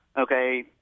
okay